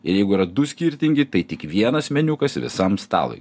ir jeigu yra du skirtingi tai tik vienas meniukas visam stalui